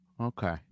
Okay